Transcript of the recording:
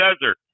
desert